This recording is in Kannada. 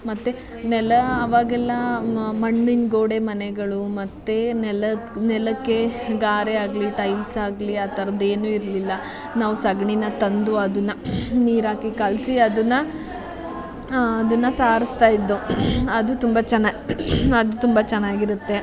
ಮತ್ತು ನೆಲ ಆವಾಗೆಲ್ಲ ಮಣ್ಣಿನ ಗೋಡೆ ಮನೆಗಳು ಮತ್ತು ನೆಲದ ನೆಲಕ್ಕೆ ಗಾರೆ ಆಗಲೀ ಟೈಲ್ಸ್ ಆಗಲೀ ಆ ಥರದ್ದು ಏನೂ ಇರಲಿಲ್ಲ ನಾವು ಸಗಣೀನ ತಂದು ಅದನ್ನ ನೀರು ಹಾಕಿ ಕಲಸಿ ಅದನ್ನ ಅದನ್ನ ಸಾರಿಸ್ತಾ ಇದ್ದು ಅದು ತುಂಬ ಚೆನ್ನ ಅದು ತುಂಬ ಚೆನ್ನಾಗಿರುತ್ತೆ